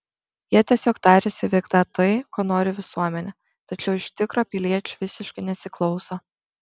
jie tiesiog tariasi vykdą tai ko nori visuomenė tačiau iš tikro piliečių visiškai nesiklauso